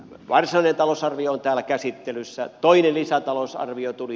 varsinainen talousarvio on täällä käsittelyssä toinen lisätalousarvio tuli